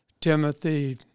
Timothy